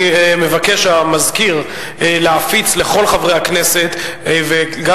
אני מבקש מהמזכיר להפיץ לכל חברי הכנסת וגם